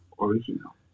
Original